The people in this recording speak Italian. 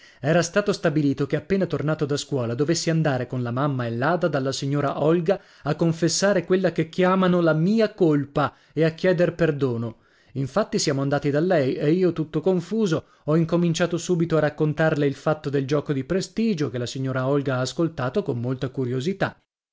era stato stabilito che appena tornato da scuola dovessi andare con la mamma e l'ada dalla signora olga a confessare quella che chiamano la mia colpa e a chieder perdono infatti siamo andati da lei e io tutto confuso ho incominciato subito a raccontarle il fatto del gioco dì prestigio che la signora olga ha ascoltato con molta curiosità